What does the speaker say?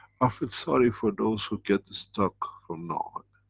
i feel sorry for those who get stuck from now on.